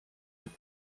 mit